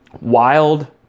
wild